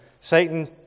Satan